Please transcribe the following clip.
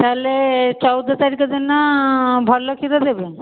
ତାହେଲେ ଚଉଦ ତାରିଖ ଦିନ ଭଲ କ୍ଷୀର ଦେବେ